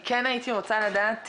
הייתי רוצה לדעת,